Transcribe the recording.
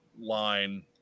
line